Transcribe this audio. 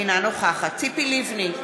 אינה נוכחת ציפי לבני,